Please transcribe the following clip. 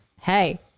hey